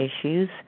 issues